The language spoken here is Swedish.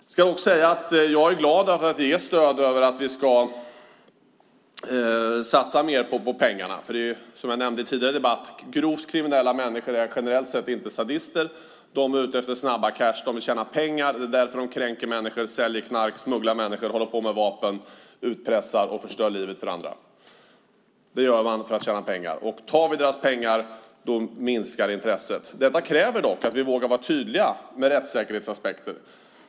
Jag ska också säga att jag är glad över att ge stöd för att vi ska satsa mer på pengarna, för, som jag nämnde i en tidigare debatt, grovt kriminella människor är generellt sett inte sadister, utan de är ute efter snabba cash. De vill tjäna pengar, och det är därför de kränker människor, säljer knark, smugglar människor, håller på med vapen, utpressar och förstör livet för andra. Det gör de för att tjäna pengar, och tar vi deras pengar minskar intresset. Detta kräver dock att vi vågar vara tydliga med rättssäkerhetsaspekten.